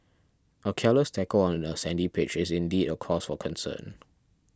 a careless tackle on a sandy pitch is indeed a cause for concern